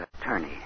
attorney